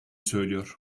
söylüyor